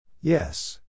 Yes